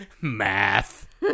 Math